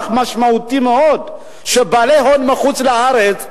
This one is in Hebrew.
משמעותי מאוד על בעלי הון מחוץ-לארץ.